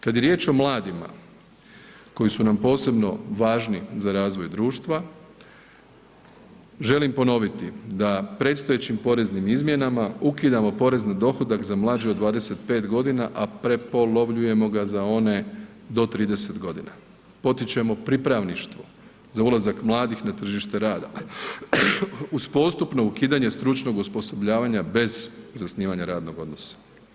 Kad je riječ o mladima koji su nam posebno važni za razvoj društva želim ponoviti da predstojećim poreznim izmjenama ukidamo porez na dohodak za mlađe od 25.g., a prepolovljujemo ga za one do 30.g., potičemo pripravništvo za ulazak mladih na tržište rada uz postupno ukidanje stručnog osposobljavanja bez zasnivanja radnog odnosa.